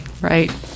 Right